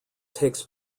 takes